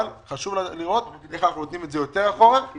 חשוב לראות איך אנחנו לוקחים את זה יותר אחורה כי